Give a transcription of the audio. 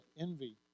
Envy